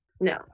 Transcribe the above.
No